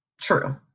True